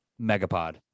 Megapod